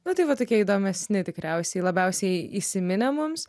nu tai va tokie įdomesni tikriausiai labiausiai įsiminę mums